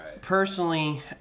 personally